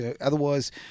Otherwise